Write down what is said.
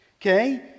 okay